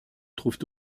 trouvent